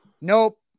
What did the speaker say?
Nope